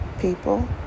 people